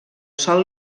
sol